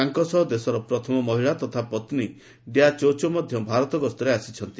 ତାଙ୍କ ସହ ଦେଶର ପ୍ରଥମ ମହିଳା ତଥା ପନ୍ନୀ ଡ୍ୟା ଚୋ ଚୋ ମଧ୍ୟ ଭାରତ ଗସ୍ତରେ ଆସିଛନ୍ତି